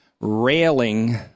railing